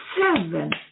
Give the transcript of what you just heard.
seven